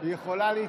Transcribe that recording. היא יכולה להתנגד.